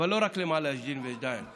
אבל לא רק למעלה יש דין ויש דיין,